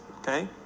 okay